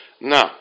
Now